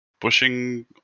pushing